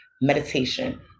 meditation